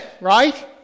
right